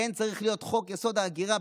כן צריך להיות חוק-יסוד: ההגירה,